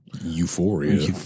euphoria